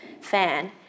fan